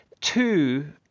two